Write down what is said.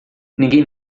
ninguém